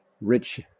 Rich